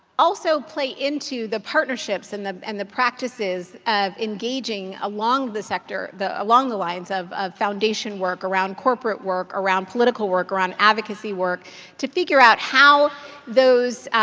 also play into the partnerships and the and the practices of engaging along the sector, along the lines of ah foundation work around corporate work, around political work, around advocacy work to figure out how those,